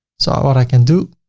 so what i can do,